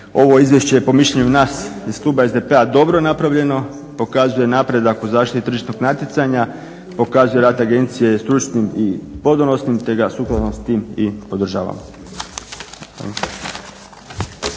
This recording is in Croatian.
Ovo izvješće je po mišljenju nas iz kluba SDP-a dobro napravljeno, pokazuje napredak u zaštiti tržišnog natjecanja, pokazuje rad agencije stručnim i podonosnim, te ga sukladno s tim i podržavamo.